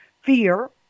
fear